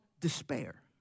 despair